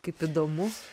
kaip įdomu